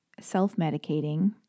self-medicating